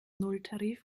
nulltarif